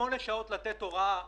את התפקוד שלכם במשרד הרווחה,